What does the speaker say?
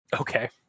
Okay